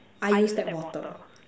I use tap water